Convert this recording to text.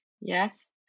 Yes